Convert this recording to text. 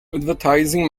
advertising